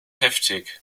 heftig